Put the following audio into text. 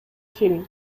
фильм